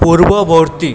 পূর্ববর্তী